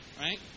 right